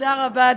תודה רבה,